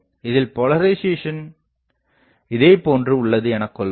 இதில் போலரிசேசன் இதேபோன்று உள்ளது எனகொள்வோம்